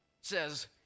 says